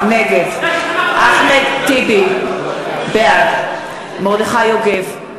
נגד אחמד טיבי, בעד מרדכי יוגב,